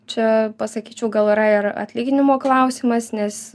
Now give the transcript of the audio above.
čia pasakyčiau gal yra ir atlyginimo klausimas nes